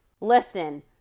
Listen